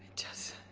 just,